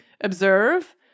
observe